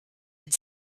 had